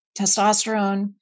testosterone